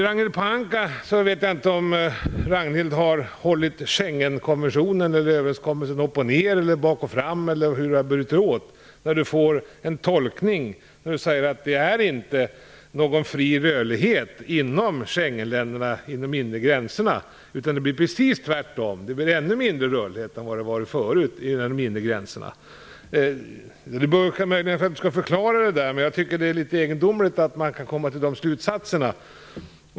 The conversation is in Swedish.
Jag vet inte om Ragnhild Pohanka har hållit Schengenavtalet upp och ned eller bak och fram för att få fram tolkningen att det inte är någon fri rörlighet inom de inre gränserna i Schengenländerna. Hon säger att det blir ännu mindre rörlighet än det har varit förut inom de inre gränserna. Jag tycker det är egendomligt att man kan komma till de slutsatserna.